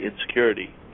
insecurity